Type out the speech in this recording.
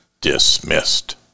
dismissed